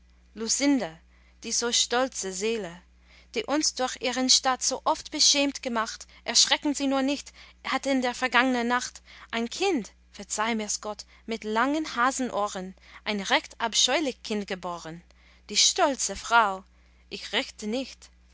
die so stolze seele die uns durch ihren staat so oft beschämt gemacht erschrecken sie nur nicht hat in vergangner nacht ein kind verzeih mirs gott mit langen hasenohren ein recht abscheulich kind geboren die stolze frau ich richte nicht